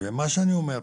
מה שאני אומר פה,